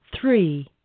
three